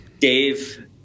Dave